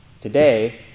today